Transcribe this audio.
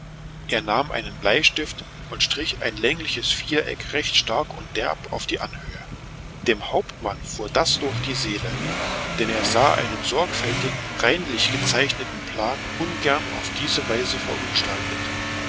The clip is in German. er nahm einen bleistift und strich ein längliches viereck recht stark und derb auf die anhöhe dem hauptmann fuhr das durch die seele denn er sah einen sorgfältigen reinlich gezeichneten plan ungern auf diese weise verunstaltet